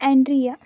Andrea